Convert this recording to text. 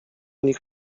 nich